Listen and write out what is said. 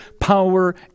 Power